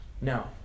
No